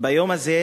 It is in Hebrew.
ביום הזה,